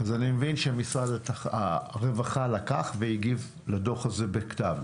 אני מבין שמשרד הרווחה לקח והגיב לדוח הזה בכתב,